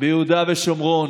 ביהודה ושומרון.